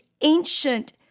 ancient